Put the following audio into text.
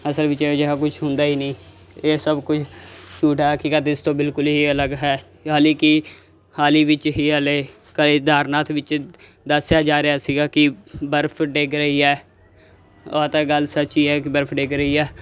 ਅਸਲ ਵਿੱਚ ਇਹੋ ਜਿਹਾ ਕੁਝ ਹੁੰਦਾ ਹੀ ਨਹੀਂ ਇਹ ਸਭ ਕੁਝ ਝੂਠ ਹੈ ਹਕੀਕਤ ਇਸ ਤੋਂ ਬਿਲਕੁਲ ਹੀ ਅਲੱਗ ਹੈ ਹਾਲੀ ਕਿ ਹਾਲੀ ਵਿੱਚ ਹੀ ਹਲੇ ਕੇਦਾਰਨਾਥ ਵਿੱਚ ਦੱਸਿਆ ਜਾ ਰਿਹਾ ਸੀਗਾ ਕਿ ਬਰਫ ਡਿੱਗ ਰਹੀ ਹੈ ਉਹ ਤਾਂ ਗੱਲ ਸੱਚੀ ਹੈ ਕਿ ਬਰਫ ਡਿੱਗ ਰਹੀ ਆ